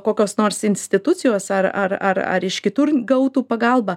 kokios nors institucijos ar ar ar iš kitur gautų pagalbą